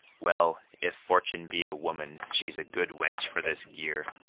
well, if fortune be a woman, she's a good wench for this gear.